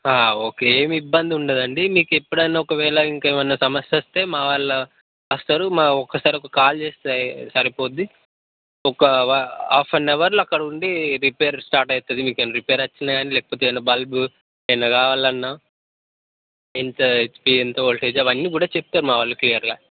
okay ఏం ఇబ్బంది ఉండదండి మీకు ఎప్పుడన్నా ఒకవేళ ఇంకేమన్నా సమస్య వస్తే మా వాళ్ళు వస్తారు మా ఒకసారి ఒక కాల్ చేస్తే సరిపోతుంది ఒక అఫెన్ అవర్లో అక్కండుండి రిపేర్ స్టార్ట్ అవుతుంది మీకేమన్నా రిపేర్ వచ్చినా కానీ లేకపోతే ఏమన్నా బల్బు ఏమన్నా కావాలన్నా ఎంత ఎంత వోల్టేజ్ అని అవన్నీ చెప్తారు మా వాళ్ళు క్లియర్గా